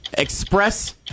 Express